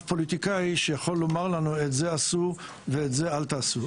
פוליטיקאי שיכול לומר לנו: את זה עשו ואת זה אל תעשו.